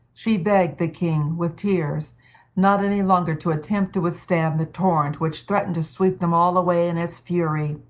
she begged the king, with tears not any longer to attempt to withstand the torrent which threatened to sweep them all away in its fury.